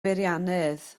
beiriannydd